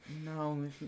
No